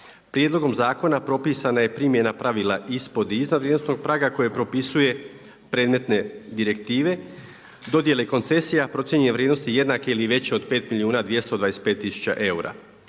Prijedlogom zakona propisana je primjena pravila ispod i iznad vrijednosnog praga koje propisuje predmetne direktive, dodjele koncesija, procijenjene vrijednosti jednake ili veće od 5 milijuna 225 tisuća eura.